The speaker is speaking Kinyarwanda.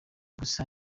gusa